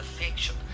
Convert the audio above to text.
affection